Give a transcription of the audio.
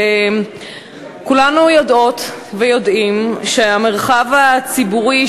כולנו יודעות ויודעים שהמרחב הציבורי,